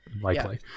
Likely